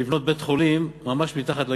לבנות בית-חולים ממש מתחת לגשר,